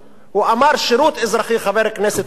הוא אמר: שירות אזרחי, חבר הכנסת סוייד,